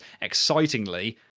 Excitingly